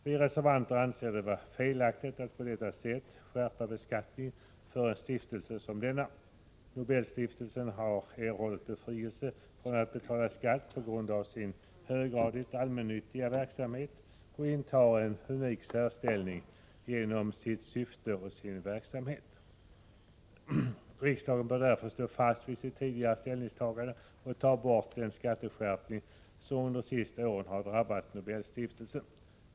Vi reservanter anser det felaktigt att på detta sätt skärpa beskattningen för en stiftelse som denna. Nobelstiftelsen har erhållit befrielse från att betala skatt tack vare sin höggradigt allmännyttiga verksamhet. Den intar en unik ställning genom sitt syfte och sin verksamhet. Riksdagen bör därför stå fast vid sitt tidigare ställningstagande och ta bort den skatteskärpning som de senaste åren har drabbat Nobelstiftelsen.